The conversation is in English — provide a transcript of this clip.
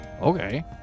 okay